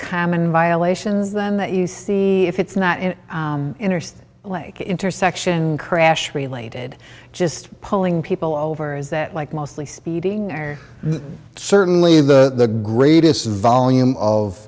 common violations them that you see if it's not an interstate like intersection crash related just pulling people over is that like mostly speeding or certainly the greatest volume of